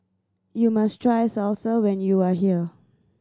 you must try Salsa when you are here